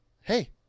hey